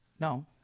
no